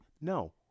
no